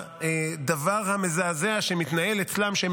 הדבר המזעזע שמתנהל אצלם הוא שהם